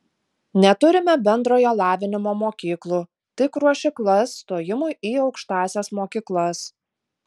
neturime bendrojo lavinimo mokyklų tik ruošyklas stojimui į aukštąsias mokyklas